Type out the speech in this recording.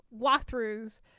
walkthroughs